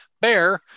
Bear